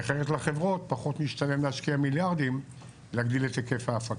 כי אחרת לחברות פחות משתלם להשקיע מיליארדים להגדיל את היקף ההפקה.